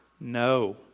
No